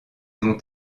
ont